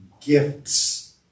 gifts